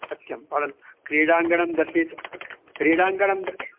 सत्यं परन्तु क्रीडाङ्गणं दर्शितं क्रीडाङ्गणं द